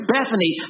Bethany